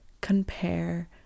compare